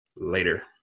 Later